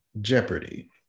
Jeopardy